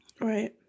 Right